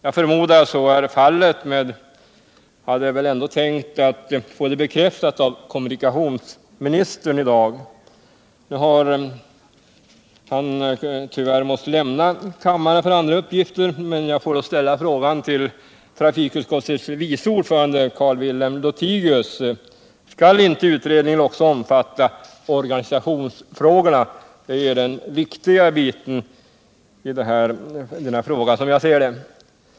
Jag förmodar att så är fallet men hade ändå tänkt få det bekräftat av kommunikatiosministern i dag. Han har tyvärr måst lämna kammaren för andra uppgifter. Jag får då ställa frågan till utskottets vice ordförande, Carl Wilhelm Lothigius: Skall inte utredningen också omfatta organisationsfrågorna? Det är den viktiga biten av denna fråga, som jag ser det.